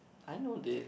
I know this